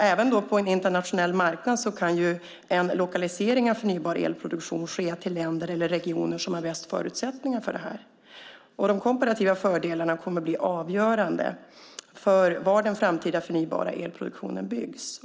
Även på en internationell marknad kan en lokalisering av förnybar elproduktion ske till de länder eller regioner som har bäst förutsättningar för detta. De komparativa fördelarna kommer att bli avgörande för var den framtida förnybara elproduktionen byggs.